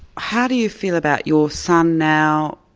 how do you feel about your son now,